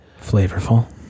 flavorful